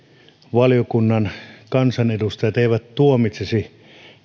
valiokunnan kansanedustajat eivät tuomitsisi